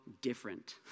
different